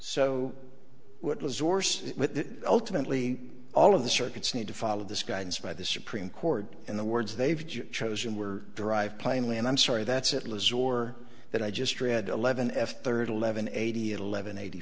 source ultimately all of the circuits need to follow this guidance by the supreme court in the words they've chosen were derived plainly and i'm sorry that's atlas or that i just read eleven f third eleven eighty eleven eighty